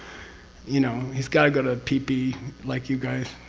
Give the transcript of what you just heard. you know, he's got to go to pee pee like you guys.